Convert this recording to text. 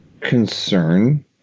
concern